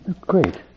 Great